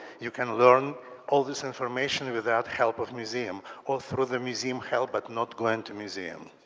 you can learn all this information without help of museum. or through the museum help but not going to museum.